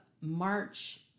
March